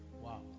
Wow